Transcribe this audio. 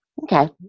Okay